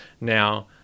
Now